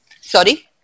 Sorry